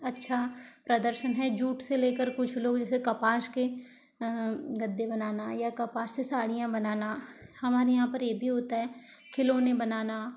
अच्छा प्रदर्शन है जूट से लेकर कुछ लोग इसे कपास के गद्दे बनाना या कपास की साड़ियाँ बनाना हमारे यहाँ पे ये भी होता है खिलौने बनाना